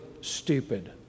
stupid